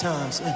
Times